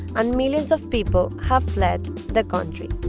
and millions of people have fled the country